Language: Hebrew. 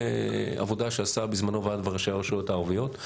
בעבודה שעשה בזמנו ועד ראשי הרשויות הערביות,